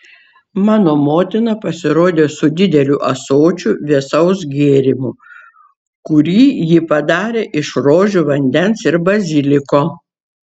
mano motina pasirodė su dideliu ąsočiu vėsaus gėrimo kurį ji padarė iš rožių vandens ir baziliko